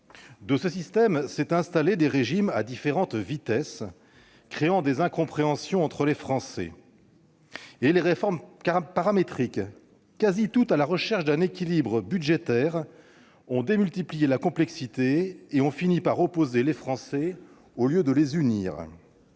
De ce système sont nés des régimes à différentes vitesses, créant des incompréhensions entre les Français. Et les réformes paramétriques, qui recherchaient presque toutes l'équilibre budgétaire, ont démultiplié la complexité et ont fini par opposer les Français au lieu de les unir.